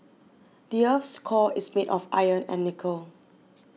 the earth's core is made of iron and nickel